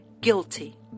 Guilty